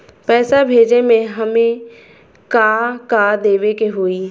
पैसा भेजे में हमे का का देवे के होई?